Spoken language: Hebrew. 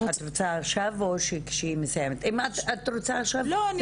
אני חושבת שהמספרים הם חשובים, אבל הם לא העניין.